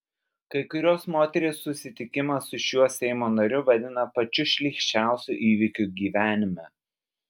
kai kurios moterys susitikimą su šiuo seimo nariu vadina pačiu šlykščiausiu įvykiu gyvenime